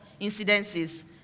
incidences